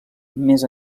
més